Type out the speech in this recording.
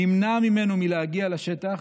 נמנע ממנו להגיע לשטח.